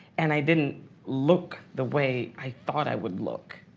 and i didn't look the way i thought i would look.